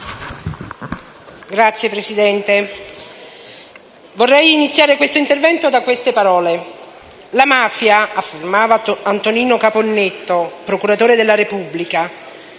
Signora Presidente, vorrei iniziare questo intervento dalle seguenti parole: «La mafia - affermava Antonino Caponnetto, procuratore della Repubblica